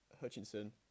Hutchinson